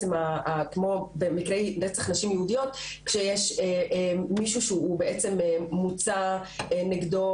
כמו במקרי רצח נשים יהודיות כשיש מישהו שמוצא נגדו